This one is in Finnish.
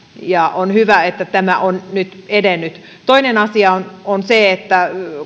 on hyvä että tämä on nyt edennyt toinen asia on se että